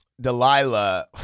Delilah